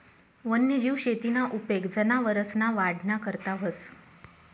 वन्यजीव शेतीना उपेग जनावरसना वाढना करता व्हस